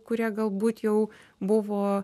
kurie galbūt jau buvo